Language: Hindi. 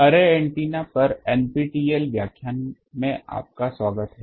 अर्रे एंटीना पर NPTEL व्याख्यान मैं आपका स्वागत है